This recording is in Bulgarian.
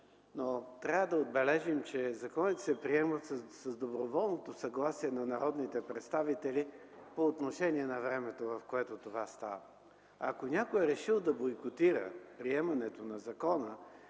но трябва да отбележим, че законите се приемат с доброволното съгласие на народните представители по отношение на времето, в което това става. Ако някой е решил да бойкотира приемането на закона